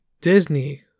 Disney